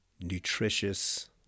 nutritious